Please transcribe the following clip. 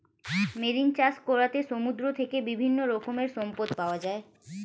marine চাষ করাতে সমুদ্র থেকে বিভিন্ন রকমের সম্পদ পাওয়া যায়